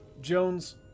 Jones